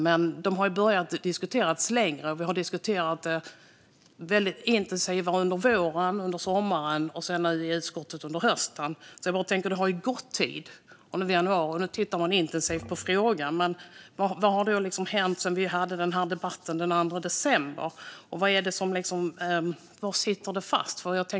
Men de har diskuterats länge, och vi har diskuterat intensivare under våren och sommaren och sedan i utskottet under hösten. Det har alltså gått tid. Nu är det januari, och nu tittar man intensivt på frågan. Men vad har hänt sedan vi hade debatten den 2 december? Var sitter det fast?